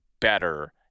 better